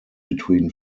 between